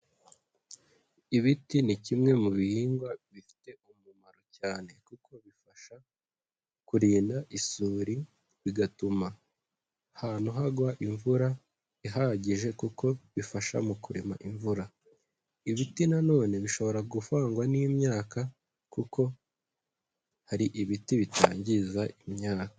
Ibiti ni kimwe mu bihingwa bifite umumaro cyane kuko bifasha kurinda isuri, bigatuma ahantu hagwa imvura ihagije kuko bifasha mu kurema imvura, ibiti na none bishobora guvangwa n'imyaka kuko hari ibiti bitangiza imyaka.